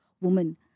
woman